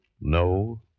no